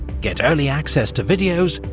get early access to videos,